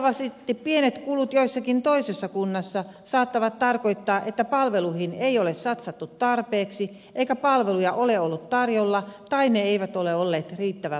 vastaavasti pienet kulut jossakin toisessa kunnassa saattavat tarkoittaa että palveluihin ei ole satsattu tarpeeksi eikä palveluja ole ollut tarjolla tai ne eivät ole olleet riittävän laadukkaita